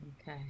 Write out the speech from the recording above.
Okay